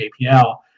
JPL